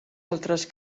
altres